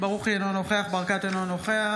אליהו ברוכי, אינו נוכח ניר ברקת, אינו נוכח